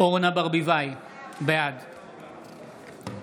אורנה ברביבאי, בעד